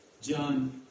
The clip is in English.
John